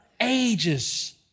ages